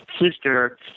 sister